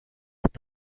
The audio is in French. est